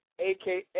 aka